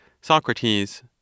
Socrates